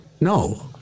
No